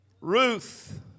Ruth